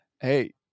hey